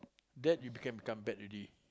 that you can become bad already